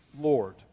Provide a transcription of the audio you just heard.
Lord